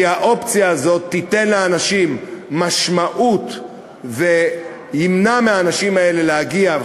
כי האופציה הזאת תיתן לאנשים משמעות ותמנע מהאנשים האלה להגיע,